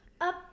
Up